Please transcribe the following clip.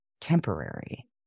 temporary